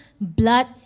blood